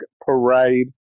parade